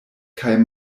kaj